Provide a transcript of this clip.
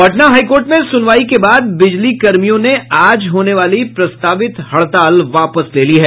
Patna high court में सुनवाई के बाद बिजली कर्मियों ने आज होने वाली प्रस्तावित हड़ताल वापस ले लिया है